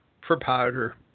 proprietor